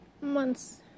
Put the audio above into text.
months